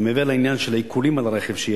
ומעבר לעניין של העיקולים שיש על הרכב,